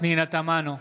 פנינה תמנו,